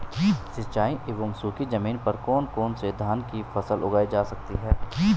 सिंचाई एवं सूखी जमीन पर कौन कौन से धान की फसल उगाई जा सकती है?